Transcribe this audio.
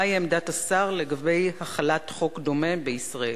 1. מהי עמדת השר לגבי החלת חוק דומה בישראל?